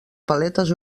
paletes